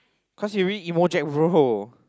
cause he already emo Jack bro